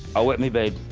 i wet me bed.